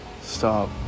Stop